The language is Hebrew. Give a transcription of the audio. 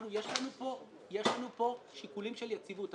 יש לנו פה שיקולים של יציבות.